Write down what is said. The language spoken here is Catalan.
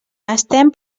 estem